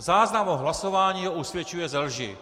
Záznam o hlasování ho usvědčuje ze lži.